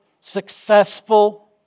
successful